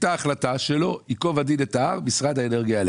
הייתה החלטה שייקוב הדין את ההר יתקיים דיון על משרד האנרגיה.